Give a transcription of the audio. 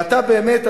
ואתה באמת,